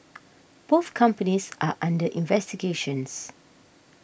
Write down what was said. both companies are under investigation